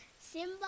simba